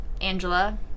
Angela